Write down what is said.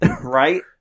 Right